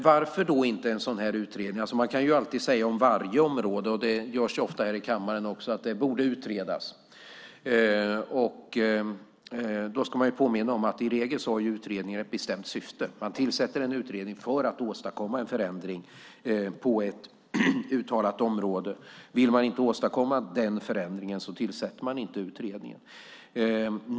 Varför vill jag inte ha en sådan utredning? Man kan alltid säga om varje område att det borde utredas, och det görs ofta här i kammaren. Vi ska dock påminna oss om att utredningar i regel har ett bestämt syfte. Man tillsätter en utredning för att åstadkomma en förändring på ett uttalat område. Vill man inte åstadkomma denna förändring tillsätter man inte utredningen.